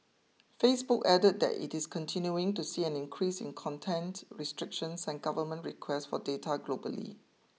Facebook added that it is continuing to see an increase in content restrictions and government requests for data globally